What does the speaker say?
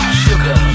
sugar